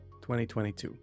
2022